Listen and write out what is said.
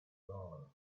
dollars